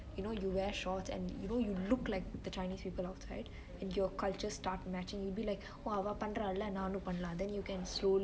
you know you wear shorts and you know you look like the chinese people outside and your cultures start matching you'll be like !wah! அவா பன்ராலெ நானு பன்லா:avaa pandrale naanu panlaa then you can slowly